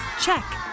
Check